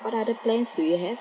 what other plans do you have